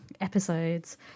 episodes